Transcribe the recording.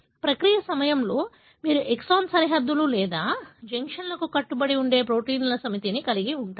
ప్రక్రియ సమయంలో మీరు ఎక్సాన్ సరిహద్దులు లేదా జంక్షన్లకు కట్టుబడి ఉండే ప్రోటీన్ సమితిని కలిగి ఉంటారు